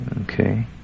Okay